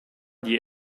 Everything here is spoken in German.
die